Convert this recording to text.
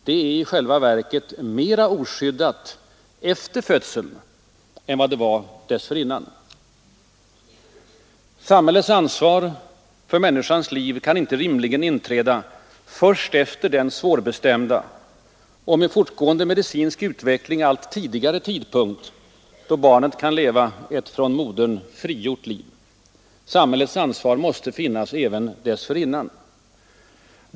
Det är i själva verket mera oskyddat efter födelsen än det var dessförinnan. Samhällets ansvar för människans liv kan inte rimligen inträda först efter den svårbestämda och med fortgående medicinsk utveckling allt tidigare tidpunkt, då barnet kan leva ett från modern frigjort liv. Samhällets ansvar måste finnas även dessförinnan.